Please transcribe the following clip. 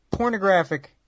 Pornographic